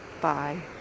Bye